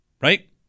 Right